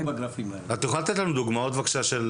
את יכולה לתת לנו דוגמאות של